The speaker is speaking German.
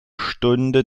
stunde